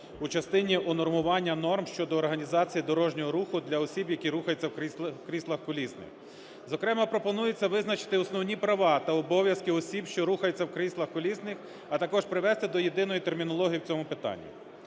у частині унормування норм щодо організації дорожнього руху для осіб, які рухаються в кріслах колісних. Зокрема, пропонується визначити основні права та обов'язки осіб, що рухаються в кріслах колісних, а також привести до єдиної термінології в цьому питанні.